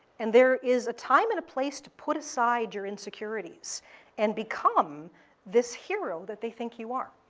and there is a time and a place to put aside your insecurities and become this hero that they think you are.